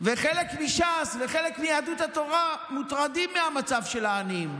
חלק מש"ס וחלק מיהדות התורה מוטרדים מהמצב של העניים,